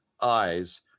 eyes